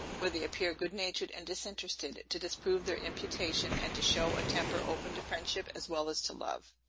where they appear good-natured and disinterested, to disprove their imputation, and to show a temper open to friendship as well as to love.